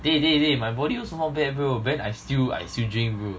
dey dey dey my body also not bad also then I still I still drink bro